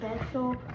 special